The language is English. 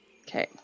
Okay